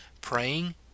praying